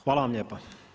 Hvala vam lijepa.